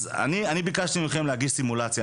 ביקשתי מכם להגיש סימולציה,